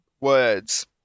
words